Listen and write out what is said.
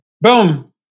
Boom